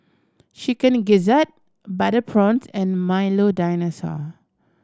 Chicken Gizzard butter prawns and Milo Dinosaur